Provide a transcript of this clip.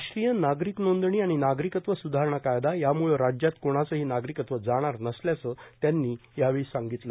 राष्ट्रीय नागरिक नोंदणी आणि नागरिकत्व सुधारणा कायदा यामुळं राज्यात कोणाचंही नागरिकत्व जाणार नसल्याचं त्यांनी यावेछी सांगितलं